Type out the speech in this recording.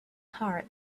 heart